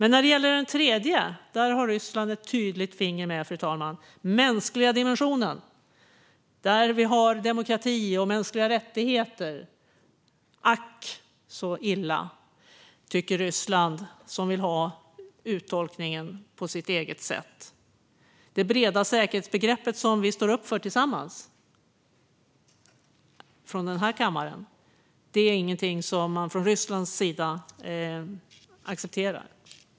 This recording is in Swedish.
När det gäller den tredje har Ryssland ett tydligt finger med, fru talman: den mänskliga dimensionen, där vi har demokrati och mänskliga rättigheter. Ack så illa, tycker Ryssland, som vill ha uttolkningen på sitt eget sätt. Det breda säkerhetsbegrepp som vi står upp för tillsammans från den här kammaren är ingenting som man från Rysslands sida accepterar.